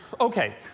Okay